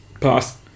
Pass